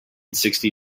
sixty